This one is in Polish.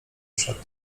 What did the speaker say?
wszedł